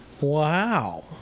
Wow